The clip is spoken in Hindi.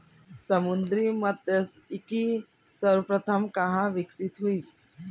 समुद्री मत्स्यिकी सर्वप्रथम कहां विकसित हुई?